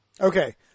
Okay